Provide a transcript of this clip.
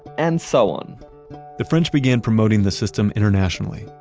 and so on the french began promoting the system internationally,